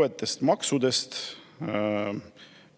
uutest maksudest,